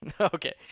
Okay